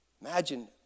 Imagine